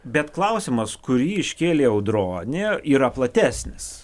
bet klausimas kurį iškėlė audronė yra platesnis